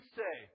say